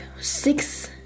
six